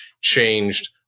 changed